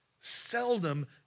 Seldom